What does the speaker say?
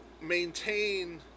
maintain